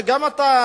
גם אתה,